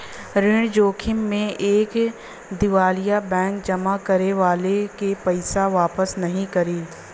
ऋण जोखिम में एक दिवालिया बैंक जमा करे वाले के पइसा वापस नाहीं करी